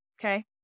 okay